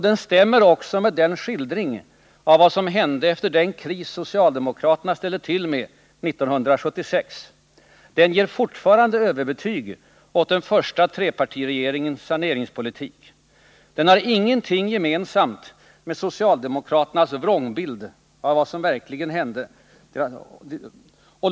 Den stämmer också med den skildring av vad som hände efter den kris socialdemokraterna ställde till med 1976. Den ger fortfarande överbetyg åt den första trepartiregeringens saneringspolitik. Den har ingenting gemensamt med socialdemokraternas vrångbild av vad som verkligen hände.